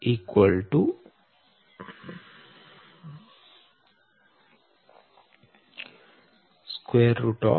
d 0